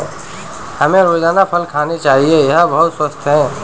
हमें रोजाना फल खाना चाहिए, यह बहुत स्वस्थ है